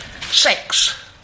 Sex